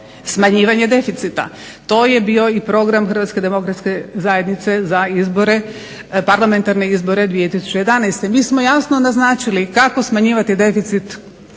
smanjivanje deficita. To je bio i program HDZ-a za izbore, parlamentarne izbore 2011. Mi smo jasno naznačili kako smanjivati deficit